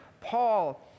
Paul